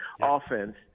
offense